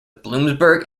bloomsburg